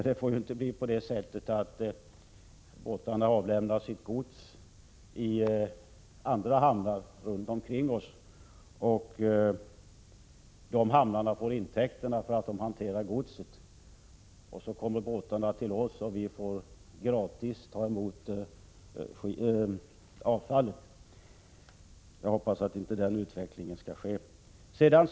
Det får inte bli så att båtarna avlämnar sitt gods i andra hamnar runt omkring oss och att de hamnarna får intäkterna för hanteringen av godset, medan båtarna sedan kommer till oss och vi utan ersättning får ta emot avfallet. Jag hoppas att utvecklingen inte blir sådan.